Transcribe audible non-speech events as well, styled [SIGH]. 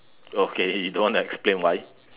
okay you don't want to explain why [LAUGHS]